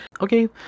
Okay